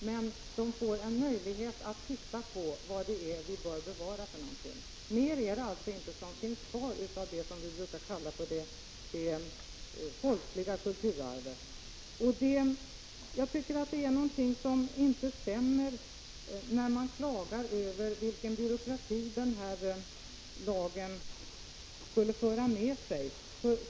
Det blir nu emellertid en möjlighet att bedöma vad vi bör bevara. Mer finns det alltså inte kvar av det vi brukar kalla för det folkliga kulturarvet. Det är någonting som inte stämmer när man klagar över den byråkrati som 47 den här lagen skulle föra med sig.